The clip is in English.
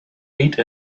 ate